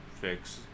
fix